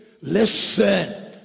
Listen